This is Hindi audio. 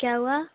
क्या हुआ